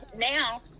Now